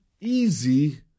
easy